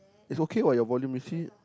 is okay what your volume you see